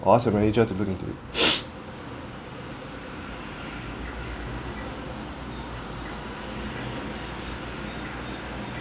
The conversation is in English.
or ask your manager to look into it